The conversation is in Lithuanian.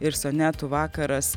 ir sonetų vakaras